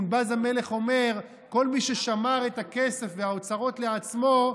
מונבז המלך אומר: כל מי ששמר את הכסף והאוצרות לעצמו,